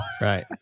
right